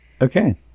Okay